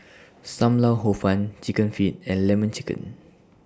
SAM Lau Hor Fun Chicken Feet and Lemon Chicken